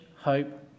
hope